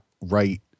right